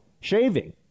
shaving